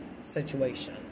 situation